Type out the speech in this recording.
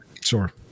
Sure